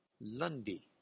Lundi